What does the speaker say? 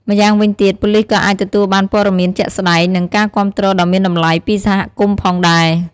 ម្យ៉ាងវិញទៀត ប៉ូលិសក៏អាចទទួលបានព័ត៌មានជាក់ស្តែង និងការគាំទ្រដ៏មានតម្លៃពីសហគមន៍ផងដែរ។